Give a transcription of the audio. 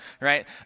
right